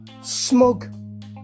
smug